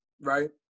right